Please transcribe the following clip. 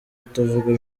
utavuga